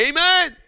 Amen